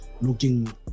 looking